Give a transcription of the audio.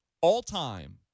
all-time